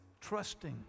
trusting